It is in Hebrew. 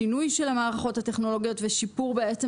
שינוי של המערכות הטכנולוגיות ושיפור בעצם